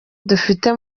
dufite